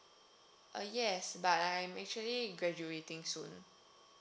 uh yes but I'm actually graduating soon